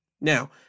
now